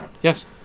Yes